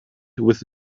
with